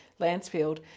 Lansfield